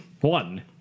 One